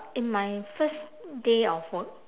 in my first day of work